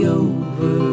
over